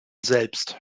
selbst